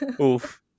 Oof